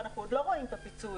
ואנחנו עוד לא רואים את הפיצוי,